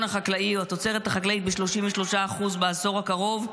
החקלאי או התוצרת החקלאית ב-33% בעשור הקרוב,